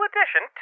Edition